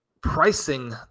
pricing